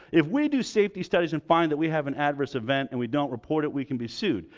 if we do safety studies and find that we have an adverse event and we don't report it we can be sued.